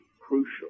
crucial